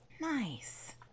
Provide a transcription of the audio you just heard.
Nice